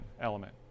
element